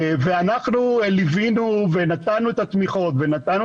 ואנחנו ליווינו ונתנו את התמיכות ונתנו